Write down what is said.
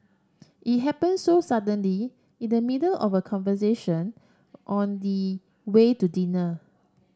it happen so suddenly in the middle of a conversation on the way to dinner